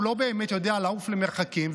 הוא לא באמת יודע לעוף למרחקים,